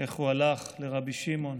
איך הוא הלך לרבי שמעון